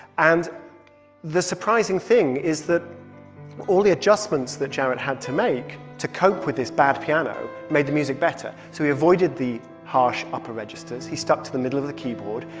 and the surprising thing is that the adjustments that jarrett had to make to cope with this bad piano made the music better. so he avoided the harsh upper registers. he stuck to the middle of the keyboard.